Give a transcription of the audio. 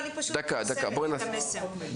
אני מוסרת את המסר.